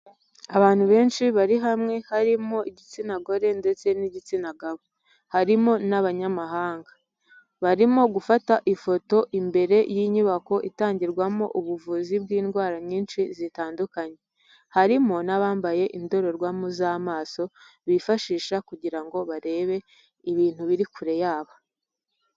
Abantu benshi bari hamwe harimo igitsina gore ndetse n'igitsina gabo. Harimo n'abanyamahanga. Barimo gufata ifoto imbere y'inyubako itangirwamo ubuvuzi bw'indwara nyinshi zitandukanye. Harimo n'abambaye indorerwamo z'amaso bifashisha kugira ngo barebe ibintu biri kure yabo.